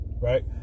Right